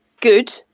good